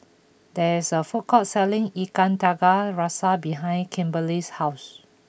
there is a food court selling Ikan Tiga Rasa behind Kimberely's house